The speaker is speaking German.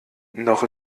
noch